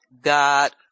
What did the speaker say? God